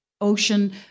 Ocean